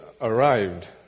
arrived